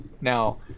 now